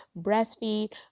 breastfeed